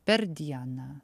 per dieną